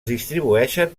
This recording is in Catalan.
distribueixen